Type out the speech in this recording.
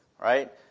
right